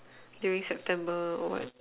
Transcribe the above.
during September or what